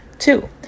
Two